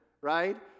right